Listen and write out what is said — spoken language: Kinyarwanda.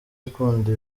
akunda